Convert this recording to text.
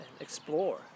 explore